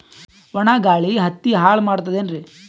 ಒಣಾ ಗಾಳಿ ಹತ್ತಿ ಹಾಳ ಮಾಡತದೇನ್ರಿ?